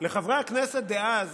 לחברי הכנסת דאז